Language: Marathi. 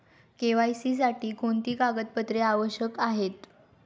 के.वाय.सी साठी कोणती कागदपत्रे आवश्यक आहेत?